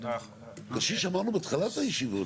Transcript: קשיש אמרנו בתחילת הישיבה.